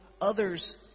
others